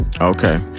Okay